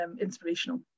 inspirational